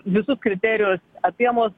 visus kriterijus apėmus